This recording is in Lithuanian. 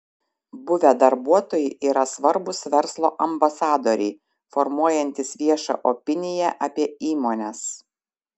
buvę darbuotojai yra svarbūs verslo ambasadoriai formuojantys viešą opiniją apie įmones